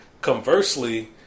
Conversely